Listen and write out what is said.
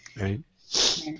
Right